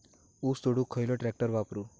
ऊस तोडुक खयलो ट्रॅक्टर वापरू?